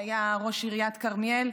שהיה ראש עיריית כרמיאל,